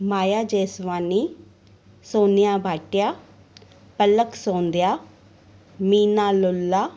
Maya Jeswani Sonia Bhatia Palak Sondiya Meena Lulla